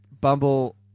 Bumble